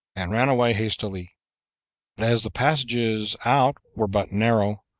and ran away hastily but as the passages out were but narrow,